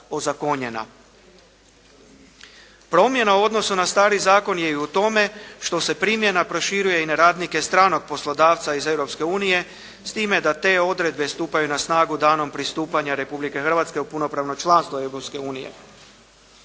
Promjena u odnosu na stari zakon je i u tome što se primjena proširuje i na radnike stranog poslodavca iz Europske unije s time da te odredbe stupaju na snagu danom pristupanja Republike Hrvatske u punopravno članstvo